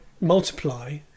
multiply